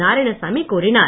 நாராயணசாமி கூறினார்